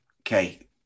Okay